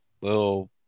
little